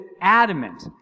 adamant